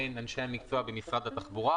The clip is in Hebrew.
לבין אנשי המקצוע במשרד התחבורה,